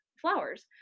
flowers